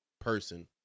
person